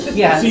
yes